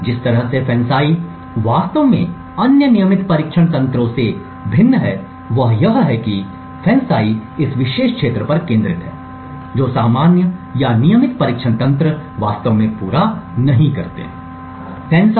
जिस तरह से FANCI वास्तव में अन्य नियमित परीक्षण तंत्रों से भिन्न है वह यह है कि FANCI इस विशेष क्षेत्र पर केंद्रित है जो सामान्य या नियमित परीक्षण तंत्र वास्तव में पूरा नहीं करेंगे